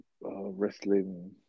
Wrestling